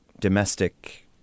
domestic